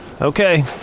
Okay